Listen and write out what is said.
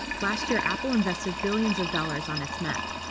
last year, apple invested billions of dollars on its map.